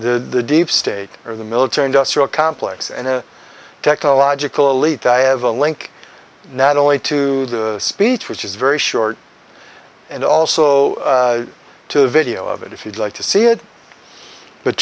the deep state or the military industrial complex and the technological elite i have a link not only to the speech which is very short and also to a video of it if you'd like to see it but